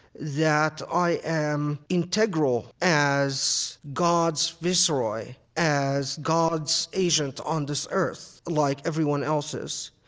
that i am integral as god's viceroy, as god's agent on this earth, like everyone else is.